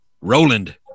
Roland